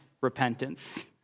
repentance